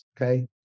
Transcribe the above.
okay